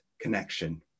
connection